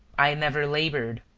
i never labored.